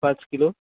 पाच किलो